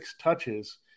touches